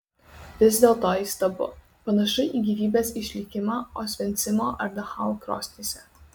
vis dėlto įstabu panašu į gyvybės išlikimą osvencimo ar dachau krosnyse